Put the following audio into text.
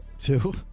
Two